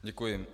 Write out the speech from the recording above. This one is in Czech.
Děkuji.